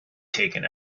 taken